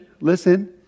listen